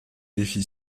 défi